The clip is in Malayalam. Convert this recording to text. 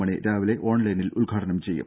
മണി രാവില ഓൺലൈനായി ഉദ്ഘാടനം ചെയ്യും